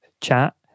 chat